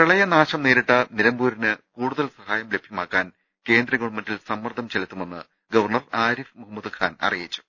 പ്രളയനാശം നേരിട്ട നിലമ്പൂരിന് കൂടുതൽ സഹായം ലഭ്യമാക്കാൻ കേന്ദ്ര ഗവൺമെന്റിൽ സമ്മർദം ചെലുത്തുമെന്ന് ഗവർണർ ആരിഫ് മുഹമ്മദ് ഖാൻ അറിയിച്ചു